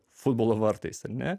futbolo vartais ne